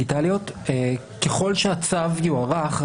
ככל שהצו יוארך,